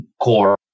core